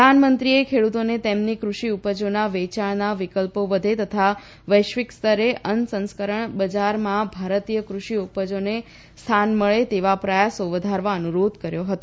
પ્રધાનમંત્રીએ ખેડૂતોને તેમની કૃષિ ઉપજોના વેચાણના વિકલ્પો વધે તથા વૈશ્વિક સ્તરે અન્ન સંસ્કરણ બજારમાં ભારતીય કૃષિ ઉપજોને સ્થાન મળે તેવા પ્રયાસો વધારવા અનુરોધ કર્યો હતો